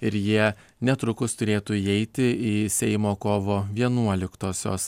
ir jie netrukus turėtų įeiti į seimo kovo vienuoliktosios